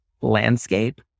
landscape